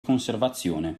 conservazione